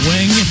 Wing